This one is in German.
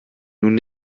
nun